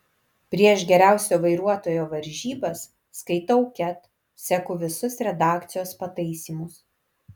prieš geriausio vairuotojo varžybas skaitau ket seku visus redakcijos pataisymus